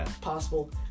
possible